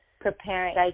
preparing